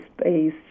space